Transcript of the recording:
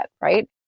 right